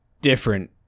different